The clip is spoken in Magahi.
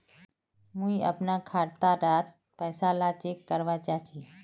मुई अपना खाता डार पैसा ला चेक करवा चाहची?